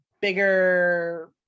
bigger